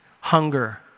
hunger